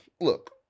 look